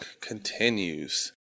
continues